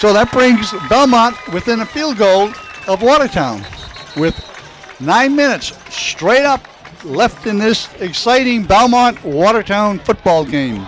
so that brings about a month within a field goal of want to town with nine minutes straight up left in this exciting belmont watertown football game